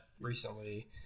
recently